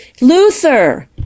Luther